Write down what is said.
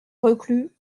reclus